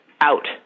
out